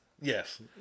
Yes